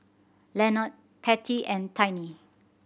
Lenord Pattie and Tiny